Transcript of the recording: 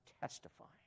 testifying